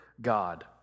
God